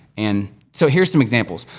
and so, here are some examples.